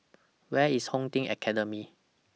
Where IS Home Team Academy